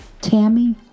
Tammy